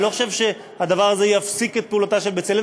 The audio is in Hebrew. אני לא חושב שהדבר הזה יפסיק את פעולתה של "בצלם".